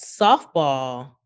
softball